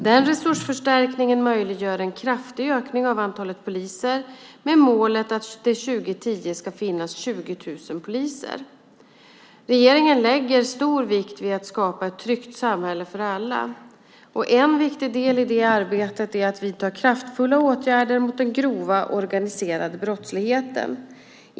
Den resursförstärkningen möjliggör en kraftig ökning av antalet poliser, med målet att det 2010 ska finnas 20 000 poliser. Regeringen lägger stor vikt vid att skapa ett tryggt samhälle för alla. En viktig del i det arbetet är att vidta kraftfulla åtgärder mot den grova organiserade brottsligheten.